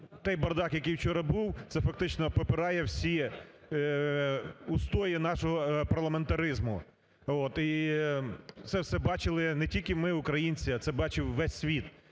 той бардак, який вчора був, це фактично попирає всі устої нашого парламентаризму. І це все бачили не тільки ми, українці, а це бачив весь світ,